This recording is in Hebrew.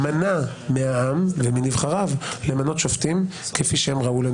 אבל לעשות מו"מ עם עצמנו זה לא דבר נכון".